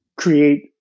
Create